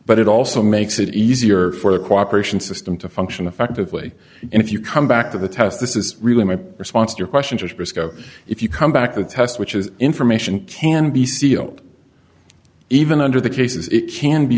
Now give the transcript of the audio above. but it also makes it easier for the cooperation system to function effectively and if you come back to the test this is really my response to your question just briscoe if you come back to the test which is information can be sealed even under the cases it can be